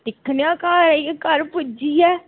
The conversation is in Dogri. दिक्खनेआं घर आइये घर पुज्जियै